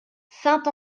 saint